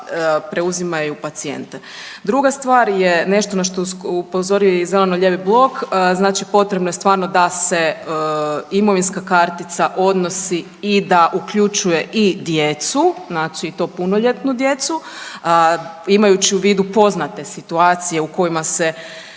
preuzimaju pacijente. Druga stvar je nešto na što je upozorio i zeleno-lijevi blok, znači potrebno je stvarno da se imovinska kartica odnosi i da uključuje i djecu, znači i to punoljetnu djecu, imajući u vidu poznate situacije u kojima se